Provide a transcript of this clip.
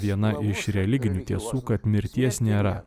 viena iš religinių tiesų kad mirties nėra